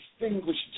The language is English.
distinguished